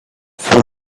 for